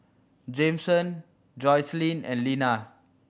Jameson Joycelyn and Linna